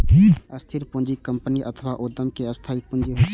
स्थिर पूंजी कंपनी अथवा उद्यम के स्थायी पूंजी होइ छै